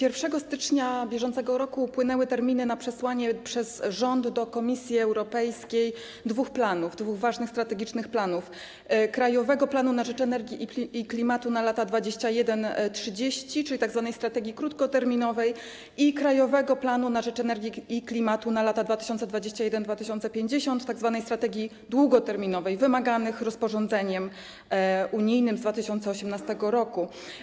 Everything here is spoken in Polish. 1 stycznia br. upłynęły terminy przesłania przez rząd do Komisji Europejskiej dwóch planów, dwóch ważnych, strategicznych planów: „Krajowego planu na rzecz energii i klimatu na lata 2021-2030”, tzw. strategii krótkoterminowej, i „Krajowego planu na rzecz energii i klimatu na lata 2021-2050”, tzw. strategii długoterminowej, wymaganych rozporządzeniem unijnym z 2018 r.